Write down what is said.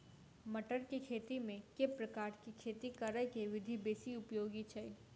मटर केँ खेती मे केँ प्रकार केँ खेती करऽ केँ विधि बेसी उपयोगी छै?